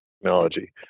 technology